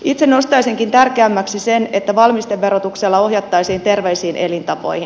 itse nostaisinkin tärkeämmäksi sen että valmisteverotuksella ohjattaisiin terveisiin elintapoihin